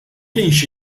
kienx